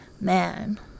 man